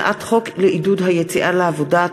הצעת חוק לעידוד היציאה לעבודה,